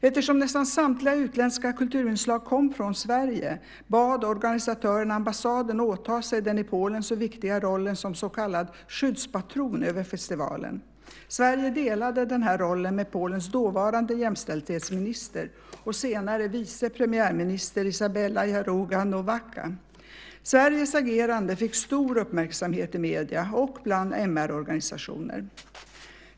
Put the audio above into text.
Eftersom nästan samtliga utländska kulturinslag kom från Sverige bad organisatörerna ambassaden åta sig den i Polen så viktiga rollen som så kallad skyddspatron över festivalen. Sverige delade denna roll med Polens dåvarande jämställdhetsminister, och senare vice premiärminister, Izabela Jaruga-Nowacka. Sveriges agerande fick stor uppmärksamhet i medier och bland MR-organisationer.